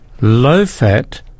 low-fat